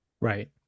Right